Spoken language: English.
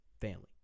family